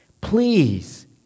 Please